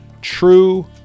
true